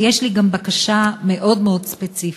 ויש לי גם בקשה מאוד ספציפית,